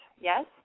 yes